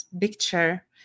picture